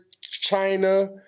China